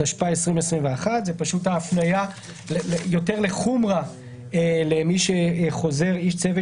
התשפ"א-2021"; זו פשוט ההפניה יותר לחומרא לאיש צוות